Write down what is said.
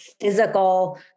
physical